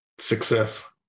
Success